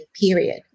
period